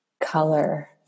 color